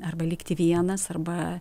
arba likti vienas arba